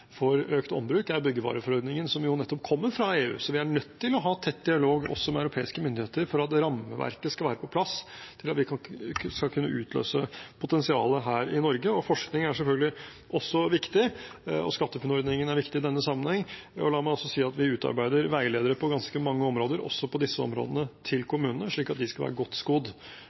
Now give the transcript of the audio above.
for økt ombruk, er byggevareforordningen, som jo nettopp kommer fra EU. Så vi er nødt til å ha tett dialog også med europeiske myndigheter for at rammeverket skal være på plass, slik at vi skal kunne utløse potensialet her i Norge. Forskning er selvfølgelig også viktig, og SkatteFunn-ordningen er viktig i denne sammenheng. La meg også si at vi utarbeider veiledere på ganske mange områder, også på disse områdene, til kommunene, slik at de skal være godt